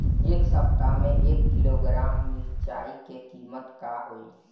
एह सप्ताह मे एक किलोग्राम मिरचाई के किमत का होई?